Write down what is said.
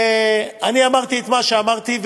ואני אמרתי את מה שאמרתי,